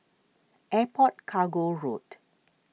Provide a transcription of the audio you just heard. Airport Cargo Road